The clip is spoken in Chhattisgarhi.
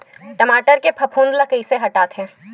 टमाटर के फफूंद ल कइसे हटाथे?